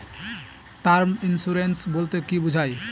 Term insurance বলতে কী বোঝায়?